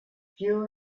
few